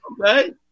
Okay